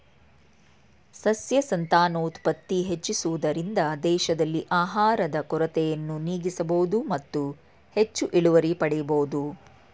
ಸಸ್ಯ ಸಂತಾನೋತ್ಪತ್ತಿ ಹೆಚ್ಚಿಸುವುದರಿಂದ ದೇಶದಲ್ಲಿ ಆಹಾರದ ಕೊರತೆಯನ್ನು ನೀಗಿಸಬೋದು ಮತ್ತು ಹೆಚ್ಚು ಇಳುವರಿ ಪಡೆಯಬೋದು